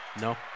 No